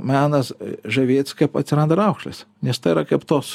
menas žavėtis kaip atsiranda raukšlės nes tai yra kaip tos